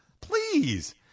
Please